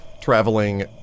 traveling